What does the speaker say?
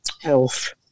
health